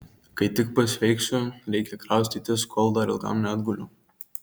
kai tik pasveiksiu reikia kraustytis kol dar ilgam neatguliau